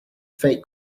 fake